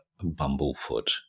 bumblefoot